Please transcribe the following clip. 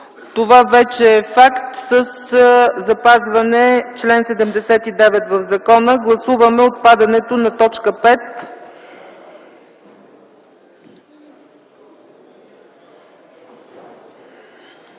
това вече е факт със запазване на чл. 79 в закона. Гласуваме отпадането на т. 5.